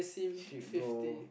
shit bro